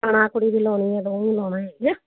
ਹਾਂ ਕੁੜੀ ਵੀ ਲਾਉਣੀ ਆ ਦੋਵੇਂ ਹੀ ਲਾਉਣਾ ਹੈਗੇ